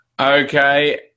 Okay